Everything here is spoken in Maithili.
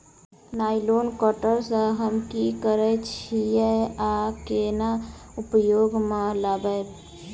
नाइलोन कटर सँ हम की करै छीयै आ केना उपयोग म लाबबै?